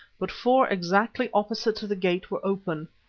but four exactly opposite the gate were open.